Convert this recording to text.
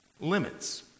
limits